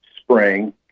spring